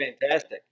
fantastic